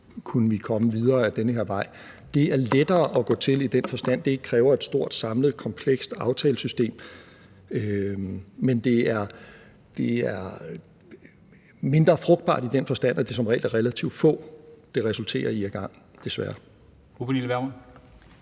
kunne komme videre ad den her vej. Det er lettere at gå til i den forstand, at det ikke kræver et stort samlet, komplekst aftalesystem, men det er mindre frugtbart i den forstand, at det som regel er relativt få, det resulterer i ad gangen – desværre.